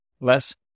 less